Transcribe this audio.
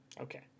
Okay